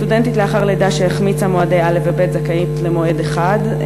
סטודנטית לאחר לידה שהחמיצה מועדי א' וב' זכאית למועד אחד,